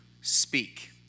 speak